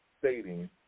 stating